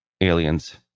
Aliens